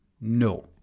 no